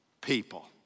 people